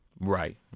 Right